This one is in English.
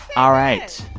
all right.